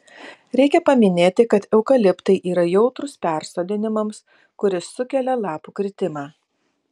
reikia paminėti kad eukaliptai yra jautrūs persodinimams kuris sukelia lapų kritimą